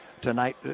tonight